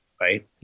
Right